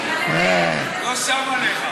לא שם עליך.